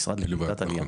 משרד לקליטת עלייה,